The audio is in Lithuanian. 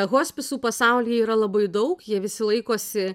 hospisų pasauly yra labai daug jie visi laikosi